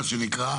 מה שנקרא,